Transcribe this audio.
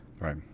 Right